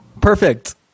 Perfect